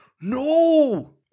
no